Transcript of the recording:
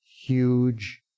huge